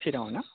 चिरांआवना